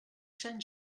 sant